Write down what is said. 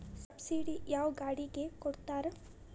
Subsidy ಯಾವ ಗಾಡಿಗೆ ಕೊಡ್ತಾರ?